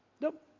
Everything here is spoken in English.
Nope